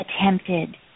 attempted